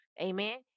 Amen